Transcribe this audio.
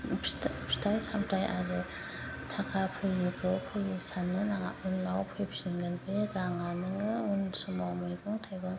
फिथाइ सामथाय आरो थाखा फैसाखौ सुनि साननो नाङा उनाव फैफिनगोन बे राङानो उन समाव मैगं थाइगं